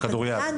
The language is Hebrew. כדוריד.